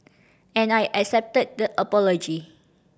and I accepted the apology